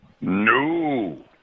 No